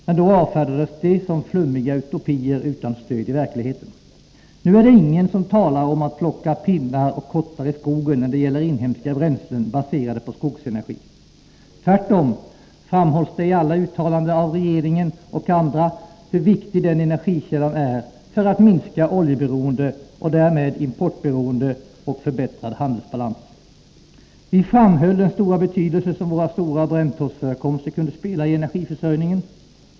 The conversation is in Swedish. Men då avfärdades de som flummiga utopier utan stöd i verkligheten. Nu är det ingen som talar om att plocka pinnar och kottar i skogen när det gäller inhemska bränslen baserade på skogsenergi. Tvärt om framhålls det i alla uttalanden av regeringen och andra hur viktig den energikällan är för att minska oljeberoende och därmed importberoende och få en förbättrad handelsbalans. Vi framhöll den betydelsefulla roll som våra stora bränntorvsförekomster kunde spela i energiförsörjningen.